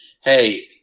Hey